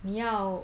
你要